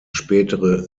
spätere